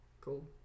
cool